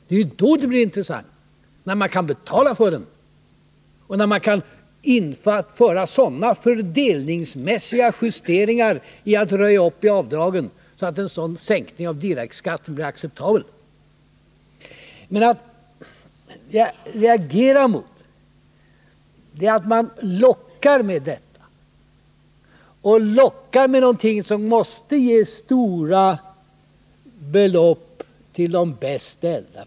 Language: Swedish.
Det är först när man kan finansiera en sådan sänkning av direktskatten och införa sådana fördelningsmässiga justeringar, genom att röja upp i avdragen, att den blir acceptabel som en sådan åtgärd blir intressant. Men det som jag reagerar mot är alltså att man lockar med någonting som måste ge stora belopp till de bäst ställda.